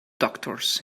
doctors